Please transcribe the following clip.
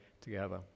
together